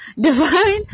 divine